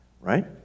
right